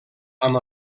amb